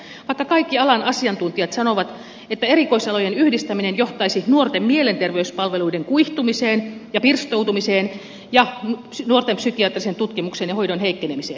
nuorisopsykiatria yhdistettäisiin lastenpsykiatriaan vaikka kaikki alan asiantuntijat sanovat että erikoisalojen yhdistäminen johtaisi nuorten mielenterveyspalveluiden kuihtumiseen ja pirstoutumiseen ja nuorten psykiatrisen tutkimuksen ja hoidon heikkenemiseen